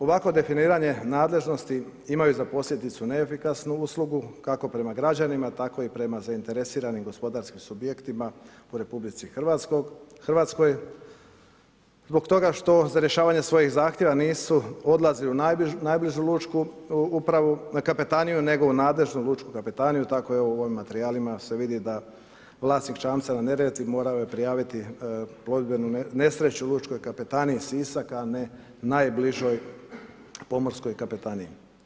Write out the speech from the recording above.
Ovakvo definiranje nadležnosti imaju za posljedicu neefikasnu uslugu kako prema građanima tako i prema zainteresiranim gospodarskim subjektima u RH zbog toga što za rješavanje svojih zahtjeva nisu odlazili u najbližu lučku kapetaniju nego u nadležnu lučku kapetaniju, tako u ovom materijalima se vidi da vlasnik čamca na Neretvi morao je prijaviti plovidbenu nesreću Lučkoj kapetaniji Sisak a ne najbližoj pomorskoj kapetaniji.